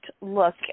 look